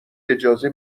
اجازه